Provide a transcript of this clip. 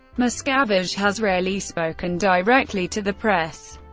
miscavige has rarely spoken directly to the press.